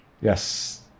Yes